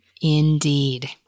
Indeed